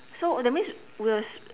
so uh that means we s~